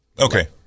Okay